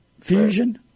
Fusion